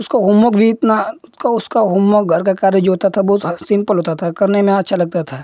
उसका होमवर्क भी इतना उतका उसका होमवर्क घर का कार्य जो होता था बहुत सिम्पल होता था करने में अच्छा लगता था